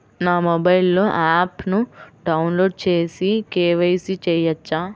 నా మొబైల్లో ఆప్ను డౌన్లోడ్ చేసి కే.వై.సి చేయచ్చా?